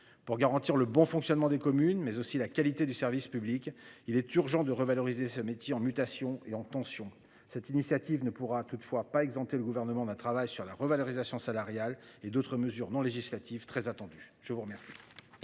pour garantir le bon fonctionnement des communes mais aussi la qualité du service public, il est urgent de revaloriser ce métier en mutation et en tension. Cette initiative ne pourra toutefois pas exemptés. Le gouvernement d'un travail sur la revalorisation salariale et d'autres mesures non législative très attendu je vous. Merci,